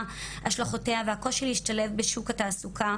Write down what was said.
והשלכותיה והקושי להשתלב בשוק התעסוקה,